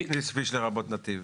מה זה כביש לרבות נתיב?